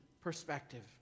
perspective